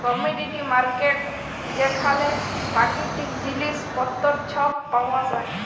commodity market যেখালে পাকিতিক জিলিস পত্তর ছব পাউয়া যায়